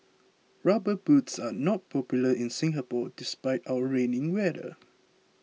rubber boots are not popular in Singapore despite our rainy weather